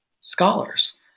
scholars